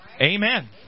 Amen